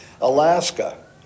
Alaska